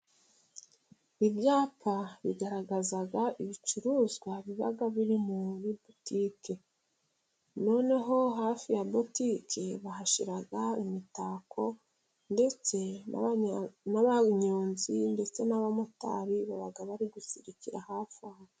Ibyapa bigaragaza ibicuruzwa biba biri muri butike, noneho hafi ya butike bahashyira imitako, ndetse n'abanyonzi, ndetse n'abamotari baba bari gusirikira hafi aho.